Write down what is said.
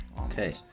Okay